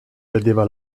vedeva